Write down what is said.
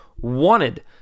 wanted